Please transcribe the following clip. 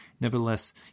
Nevertheless